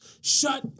shut